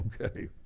Okay